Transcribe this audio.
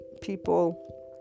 people